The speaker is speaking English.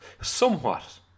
somewhat